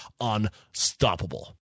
unstoppable